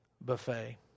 buffet